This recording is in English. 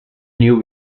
knew